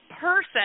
person –